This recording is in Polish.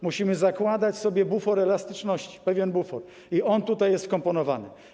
Musimy zakładać sobie bufor elastyczności, pewien bufor, i on tutaj jest wkomponowany.